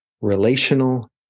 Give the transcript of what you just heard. relational